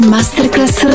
Masterclass